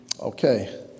Okay